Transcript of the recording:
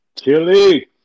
Chili